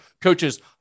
coaches